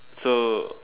so